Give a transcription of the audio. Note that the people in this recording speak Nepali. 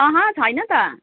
अँह छैन त